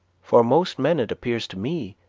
for most men, it appears to me,